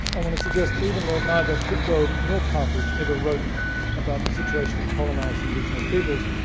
i want to suggest that even though neither foucault nor partridge ever wrote about the situation of colonizing indigenous peoples,